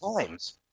times